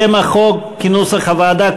שם החוק כנוסח הוועדה,